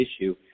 issue